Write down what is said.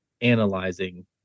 analyzing